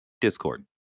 Discord